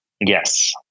Yes